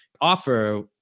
offer